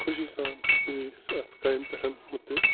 خوشی سان گٔے أسۍ اَتھ کامہِ پٮ۪ٹھ ہُہ تہِ